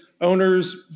Owners